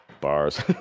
bars